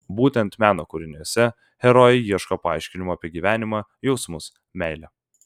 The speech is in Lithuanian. būtent meno kūriniuose herojė ieško paaiškinimo apie gyvenimą jausmus meilę